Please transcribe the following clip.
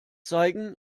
zeigen